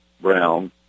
Brown